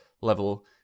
level